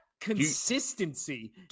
consistency